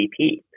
CP